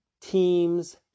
teams